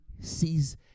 sees